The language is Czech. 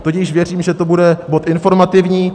Tudíž věřím, že to bude bod informativní.